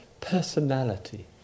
personality